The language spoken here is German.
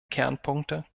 kernpunkte